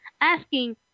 Asking